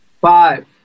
Five